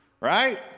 Right